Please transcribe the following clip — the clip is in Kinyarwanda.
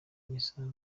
n’isaha